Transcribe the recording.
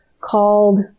called